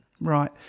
Right